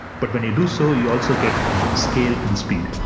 but when you do so, you also get scale and speed